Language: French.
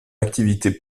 activité